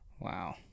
Wow